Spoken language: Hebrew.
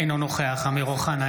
אינו נוכח אמיר אוחנה,